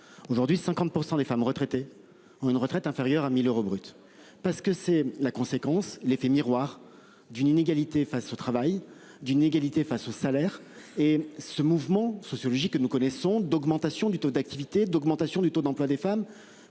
Aujourd'hui, 50% des femmes retraitées ont une retraite inférieure à 1000 euros brut. Parce que c'est la conséquence l'effet miroir d'une inégalité face au travail d'une égalité face aux salaires et ce mouvement sociologique que nous connaissons d'augmentation du taux d'activité d'augmentation du taux d'emploi des femmes